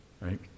right